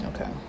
Okay